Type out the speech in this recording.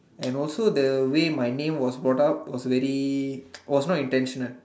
I also the read my name was already also intention